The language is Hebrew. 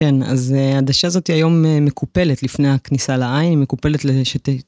כן, אז העדשה הזאת היום מקופלת לפני הכניסה לעין, היא מקופלת לשתי.